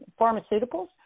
pharmaceuticals